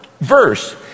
verse